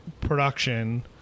production